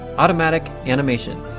automatic animation.